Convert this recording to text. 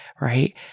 right